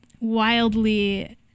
wildly